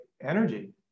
energy